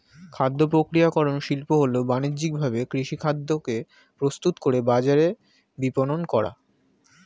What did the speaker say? খাদ্যপ্রক্রিয়াকরণ শিল্প হল বানিজ্যিকভাবে কৃষিখাদ্যকে প্রস্তুত করে বাজারে বিপণন করা